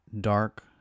dark